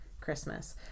Christmas